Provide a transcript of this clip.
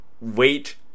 wait